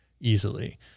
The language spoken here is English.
easily